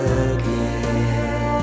again